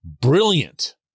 brilliant